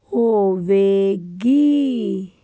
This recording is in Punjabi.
ਹੋਵੇਗੀ